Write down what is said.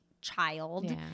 child